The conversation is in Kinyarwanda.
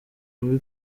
muri